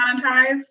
monetized